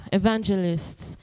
evangelists